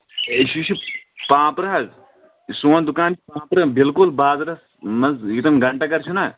یہِ چھُ پانپرٕ حظ یہِ سون دُکان چھُ پانٛپرٕ بالکُل بازرَس منٛز ییٚتٮ۪ن گنٹا گر چھُ نہ